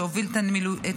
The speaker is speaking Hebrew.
שהוביל את הדיונים.